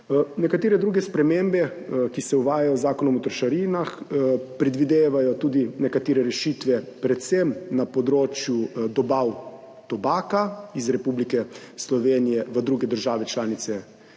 Nekatere druge spremembe, ki se uvajajo z Zakonom o trošarinah, predvidevajo tudi nekatere rešitve, predvsem na področju dobav tobaka iz Republike Slovenije v druge države članice